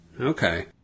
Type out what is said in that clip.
Okay